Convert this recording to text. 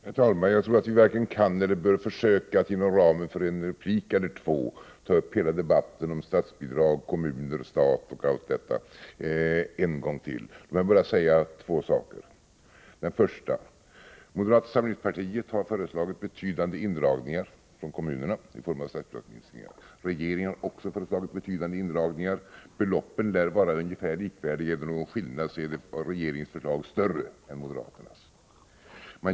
Herr talman! Jag tror att vi varken kan eller bör försöka att inom ramen för en replik eller två ta upp hela debatten om statsbidrag, kommuner, stat och allt detta en gång till. Jag vill bara säga två saker. Det första: Moderata samlingspartiet har föreslagit betydande indragningar från kommunerna i form av statsbidragsminskningar. Regeringen har också föreslagit betydande indragningar. Beloppen lär vara ungefär likvärdiga. Är det någon skillnad är regeringens förslag större än moderaternas.